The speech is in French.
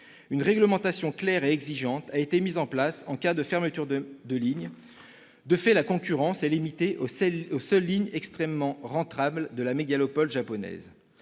Une réglementation claire et exigeante a été mise en place en cas de fermeture de ligne. De fait, la concurrence est limitée aux seules lignes extrêmement rentables de la mégalopole japonaise.